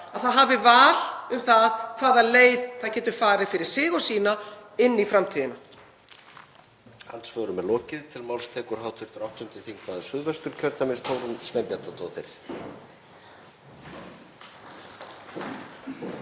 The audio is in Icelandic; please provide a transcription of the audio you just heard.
að það hafi val um hvaða leið það getur farið fyrir sig og sína inn í framtíðina.